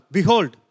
Behold